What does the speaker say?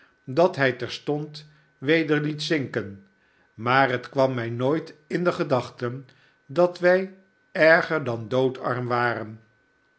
dat hij terstond weder het zinken maar het kwam mij nooit in de gedachten dat wij erger dan doodarm waren